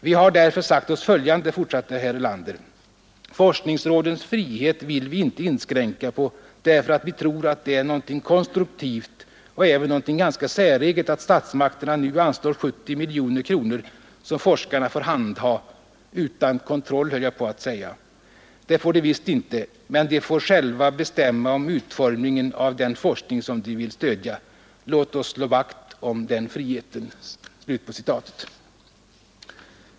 Vi har därför sagt oss följande”, fortsatte herr Erlander: ”Forskningsrådens frihet vill vi inte inskränka på därför att vi tror att det är någonting konstruktivt och även någonting ganska säreget att statsmakterna nu anslår 70 miljoner kronor som forskarna får handha — utan kontroll, höli jag på att säga. Det får de visst inte. Men de får själva bestämma om utformningen av den forskning som de vill stödja. Låt oss slå vakt om den friheten!